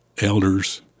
elders